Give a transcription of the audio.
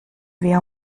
wir